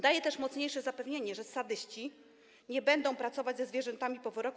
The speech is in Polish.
Daje też mocniejsze zapewnienie, że sadyści nie będą pracować ze zwierzętami po wyroku.